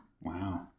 Wow